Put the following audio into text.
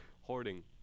hoarding